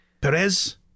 Perez